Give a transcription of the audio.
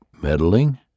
Meddling